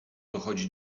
dochodzi